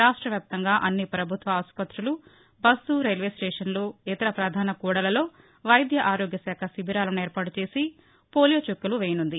రాష్ట్ర వ్యాప్తంగా అన్ని పభుత్వ ఆసుపత్రులు బస్సు రైల్వే స్టేషన్లు ఇతర ప్రధాన కూడళ్లల్లో వైద్య ఆరోగ్య శాఖ శిబీరాలను ఏర్పాటు చేసి పోలియో చుక్కలు వేయనున్నది